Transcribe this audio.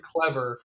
clever